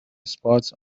spots